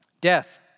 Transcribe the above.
Death